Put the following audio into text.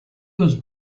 was